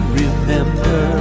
remember